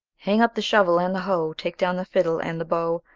hang up the shovel and the hoe, take down the fiddle and the bow,